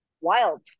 wild